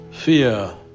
Fear